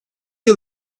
yıl